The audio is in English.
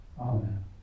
Amen